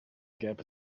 gap